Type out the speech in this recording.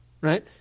Right